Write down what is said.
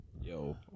Yo